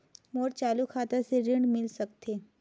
मोर चालू खाता से ऋण मिल सकथे?